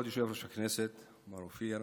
כבוד יושב-ראש הישיבה מר אופיר,